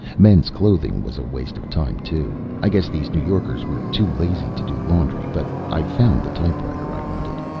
men's clothing was a waste of time, too i guess these new yorkers were too lazy to do laundry. but i found the typewriter i wanted.